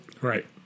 Right